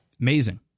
amazing